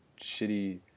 shitty